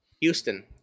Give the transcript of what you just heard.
Houston